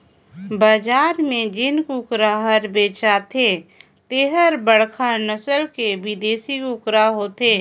बजार में जेन कुकरा हर बेचाथे तेहर बड़खा नसल के बिदेसी कुकरा होथे